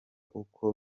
uko